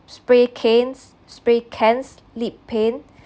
spray canes spray cans lead paint